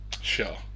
Sure